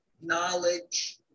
knowledge